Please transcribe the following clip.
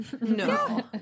no